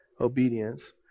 obedience